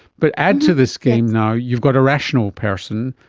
but add to this game now you've got a rational person,